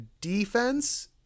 defense